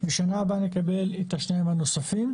ובשנה הבאה נקבל את ה-2 הנוספים.